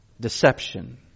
deception